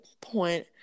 point